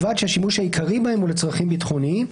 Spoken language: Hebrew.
ובלבד שהשימוש העיקרי בהם הוא לצרכים ביטחוניים,